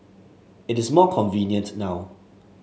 it is more convenient now